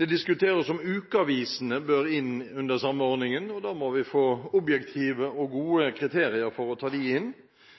Det diskuteres om ukeavisene bør inn under den samme ordningen, og da må vi få objektive og gode kriterier for å ta dem inn. De